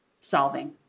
solving